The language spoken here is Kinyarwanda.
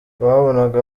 wabonaga